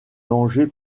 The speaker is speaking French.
danger